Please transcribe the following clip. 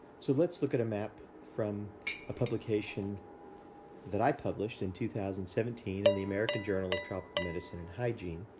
so, let's look at a map from a publication that i published in two thousand and seventeen in the american journal of tropical medicine and hygiene